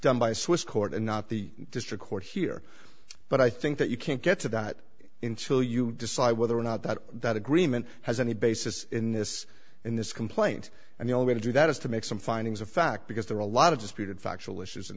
done by a swiss court and not the district court here but i think that you can't get to that in chile you decide whether or not that that agreement has any basis in this in this complaint and the only way to do that is to make some findings of fact because there are a lot of disputed factual